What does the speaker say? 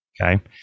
Okay